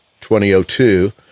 2002